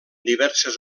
diverses